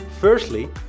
Firstly